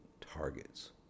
targets